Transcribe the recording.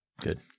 Good